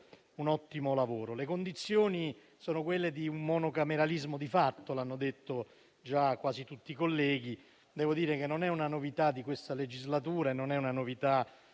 un ottimo lavoro. Le condizioni sono quelle di un monocameralismo di fatto. L'hanno detto già quasi tutti i colleghi intervenuti. Non è una novità di questa legislatura e di questo